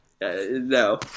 no